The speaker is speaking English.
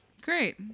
Great